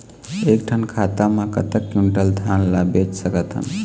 एक ठन खाता मा कतक क्विंटल धान ला बेच सकथन?